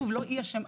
שוב לא היא אשמה,